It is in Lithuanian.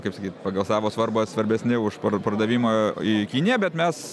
kaip sakyt pagal savo svarbą svarbesni už par pardavimą į kiniją bet mes